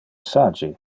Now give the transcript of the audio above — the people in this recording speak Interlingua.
sage